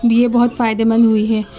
بھی یہ بہت فائدے مند ہوئی ہے